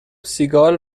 سیگال